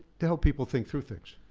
to help people think through things.